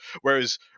Whereas